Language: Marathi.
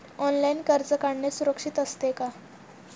ऑनलाइन कर्ज काढणे सुरक्षित असते का?